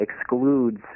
excludes